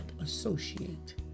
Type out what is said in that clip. associate